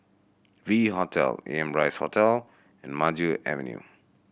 V Hotel Amrise Hotel and Maju Avenue